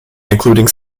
including